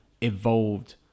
evolved